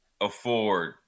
afford